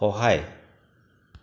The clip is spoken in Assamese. সহায়